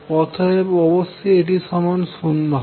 অতএব অবশ্যই এটি সমান 0 হবে